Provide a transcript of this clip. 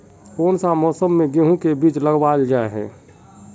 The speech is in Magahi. कोन सा मौसम में गेंहू के बीज लगावल जाय है